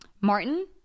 Martin